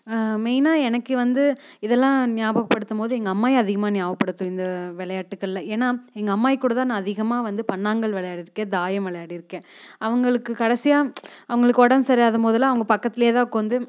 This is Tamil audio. மெயினாக எனக்கு வந்து இதெல்லாம் ஞாபகப்படுத்தும்போது எங்கள் அம்மாயி அதிகமாக ஞாபகப்படுத்தும் இந்த விளையாட்டுக்கள்ல ஏன்னால் எங்கள் அம்மாயி கூடத்தான் நான் அதிகமாக வந்து பண்ணாங்கல் விளையாடியிருக்கேன் தாயம் விளையாடிருக்கேன் அவங்களுக்கு கடைசியாக அவங்களுக்கு உடம்பு சரியாயில்லாதம்போதெல்லாம் அவங்க பக்கத்திலேதான் உட்காந்து